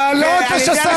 אתה לא תשסע אף אחד פה,